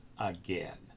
again